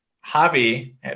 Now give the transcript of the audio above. hobby